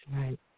Right